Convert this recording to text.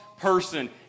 person